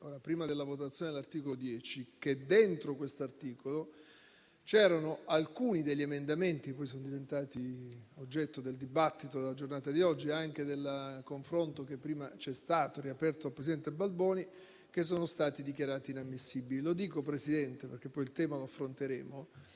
prima della votazione dell'articolo 10, che su questo articolo sono stati presentati alcuni degli emendamenti, poi diventati oggetto del dibattito della giornata di oggi e anche del confronto che prima c'è stato, aperto dal presidente Balboni, che sono stati dichiarati inammissibili. Lo dico, Presidente - poi il tema lo affronteremo